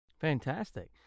Fantastic